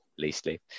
leastly